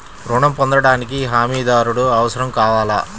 ఋణం పొందటానికి హమీదారుడు అవసరం కావాలా?